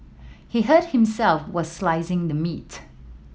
he hurt himself were slicing the meat